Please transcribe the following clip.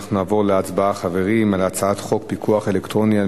נעבור להצבעה על הצעת חוק פיקוח אלקטרוני על